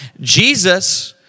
Jesus